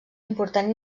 important